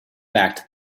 fact